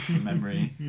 memory